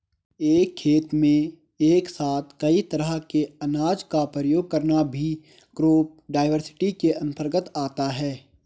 एक खेत में एक साथ कई तरह के अनाज का प्रयोग करना भी क्रॉप डाइवर्सिटी के अंतर्गत आता है